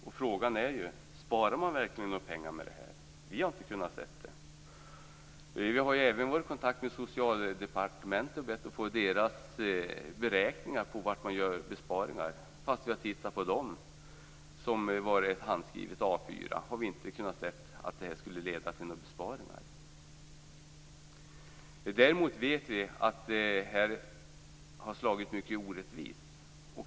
Och frågan är om man verkligen sparar några pengar med detta. Vi har inte kunnat se det. Vi har även varit i kontakt med Socialdepartementet och bett att få dess beräkningar på var man gör besparingar. Vi har tittat på dessa beräkningar, i form av ett handskrivet A4-papper, men vi har inte kunnat se att detta skulle leda till några besparingar. Däremot vet vi att detta har slagit mycket orättvist.